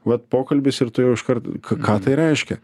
vat pokalbis ir tu jau iškart ką tai reiškia